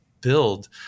build